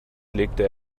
legte